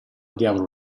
diavolo